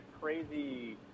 crazy